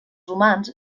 romans